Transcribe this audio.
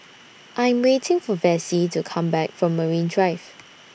I Am waiting For Vessie to Come Back from Marine Drive